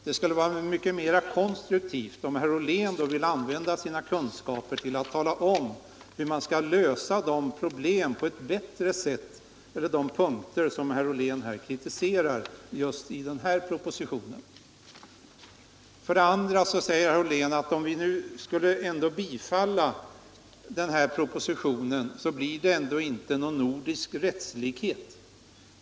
Det skulle ha varit mera konstruktivt, om herr Ollén velat begagna sina kunskaper till att tala om, hur man på ett bättre sätt skulle kunna formulera de punkter som han kritiserar i propositionen. Vidare säger herr Ollén att om vi nu skulle bifalla propositionen skulle det ändå inte bli någon nordisk rättslikhet.